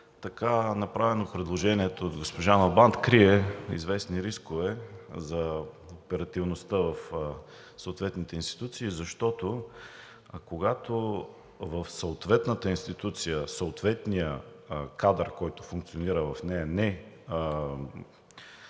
Така направено, предложението от госпожа Налбант крие известни рискове за оперативността в съответните институции, защото, когато в съответната институция съответният кадър, който функционира в нея, не